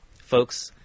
folks